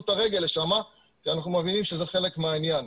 את הרגל לשמה כי אנחנו מבינים שזה חלק מהעניין.